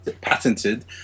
patented